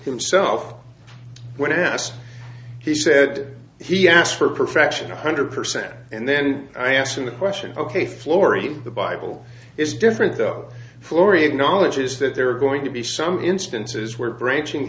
himself when asked he said he asked for perfection a hundred percent and then i asked him the question ok florrie the bible is different though florrie acknowledges that there are going to be some instances where branching